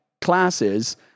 classes